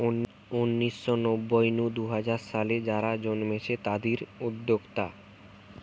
উনিশ শ নব্বই নু দুই হাজার সালে যারা জন্মেছে তাদির উদ্যোক্তা